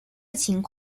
情况